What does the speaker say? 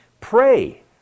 pray